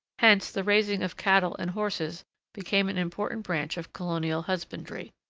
hence the raising of cattle and horses became an important branch of colonial husbandry.